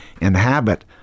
inhabit